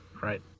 Right